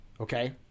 okay